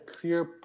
clear